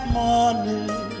morning